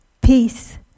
Peace